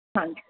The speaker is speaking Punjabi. ਹਾਂਜੀ